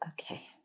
Okay